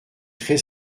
très